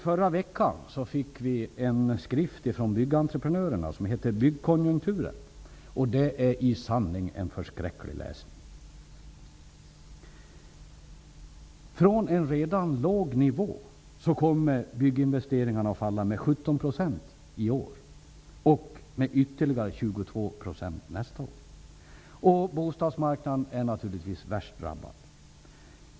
Förra veckan fick vi en skrift, Det är i sanning en förskräcklig läsning. Från en redan låg nivå kommer bygginvesteringarna att falla med 17 % i år och med ytterligare 22 % nästa år. Bostadsmarknaden är naturligtvis värst drabbad.